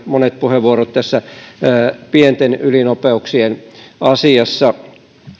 monet puheenvuorot tässä pienten ylinopeuksien asiassa